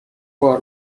بار